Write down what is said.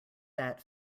that